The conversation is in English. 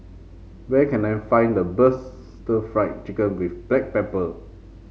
where can I find the best Stir Fried Chicken with Black Pepper